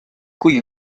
kuigi